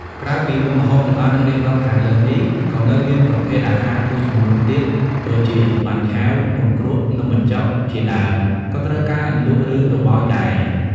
ក្រៅពីមុខម្ហូបដែលបានរៀបរាប់ខាងលើនេះ ក៏នៅមានប្រភេទអាហារមួយចំនួនទៀត ដូចជា បាញ់ឆែវ នំគ្រក់ នំបញ្ជុក ជាដើម ក៏ត្រូវការអន្លក់ ឬរបោយដែរ។